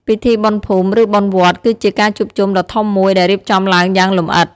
ពិធីបុណ្យភូមិ ឬបុណ្យវត្ត គឺជាការជួបជុំដ៏ធំមួយដែលរៀបចំឡើងយ៉ាងលម្អិត។